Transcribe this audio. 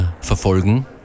verfolgen